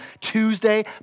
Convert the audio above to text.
Tuesday